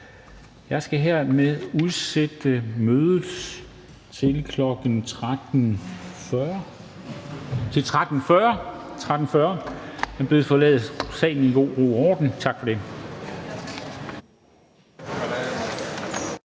Jeg skal hermed udsætte mødet til kl. 13.40. Man bedes forlade salen i god ro og orden. Tak for det.